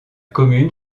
commune